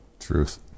truth